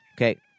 Okay